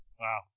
Wow